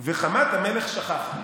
"וחמת המלך שככה".